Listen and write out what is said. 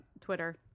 Twitter